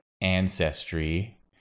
ancestry